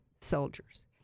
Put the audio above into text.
soldiers